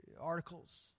articles